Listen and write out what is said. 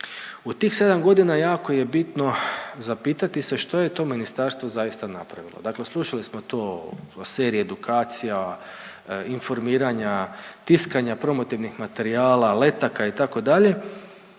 U tih 7 godina jako je bitno zapitati se što je to ministarstvo zaista napravilo. Dakle, slušali smo to o seriji edukacija, informiranja, tiskanja promotivnih materijala, letaka itd.